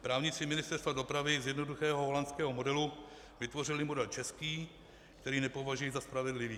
Právníci Ministerstva dopravy z jednoduchého holandského modelu vytvořili model český, který nepovažuji za spravedlivý.